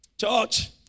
Church